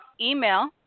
email